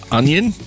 onion